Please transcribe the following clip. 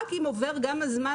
רק אם עובר גם הזמן